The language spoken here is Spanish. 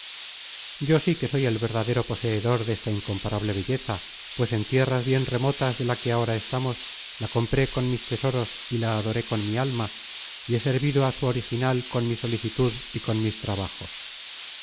yo sí que soy el verdadero poseedor desta incomparable belleza pues en tierras bien remotas de la que ahora estamos la compré con mis tesoros y la adoré con mi alma y he servido á su original con mi solicitud y con mis trabajos